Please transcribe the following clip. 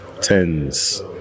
tens